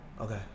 okay